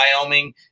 Wyoming